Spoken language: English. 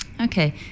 Okay